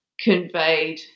conveyed